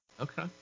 Okay